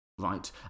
Right